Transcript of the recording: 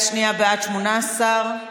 בעד, 18,